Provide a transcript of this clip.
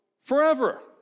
forever